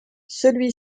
celui